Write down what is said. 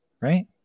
right